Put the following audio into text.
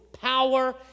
power